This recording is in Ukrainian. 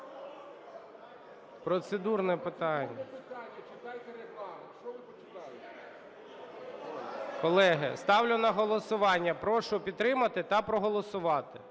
Процедурне питання. Колеги, ставлю на голосування. Прошу підтримати та проголосувати.